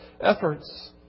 efforts